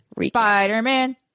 Spider-Man